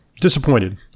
Disappointed